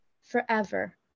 forever